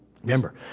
Remember